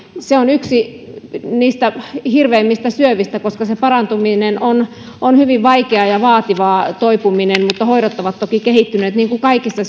se on yksi niistä hirveimmistä syövistä koska parantuminen on hyvin vaikeaa ja toipuminen vaativaa mutta hoidot ovat toki kehittyneet niin kuin kaikissa